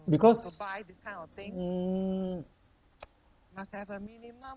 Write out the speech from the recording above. because mm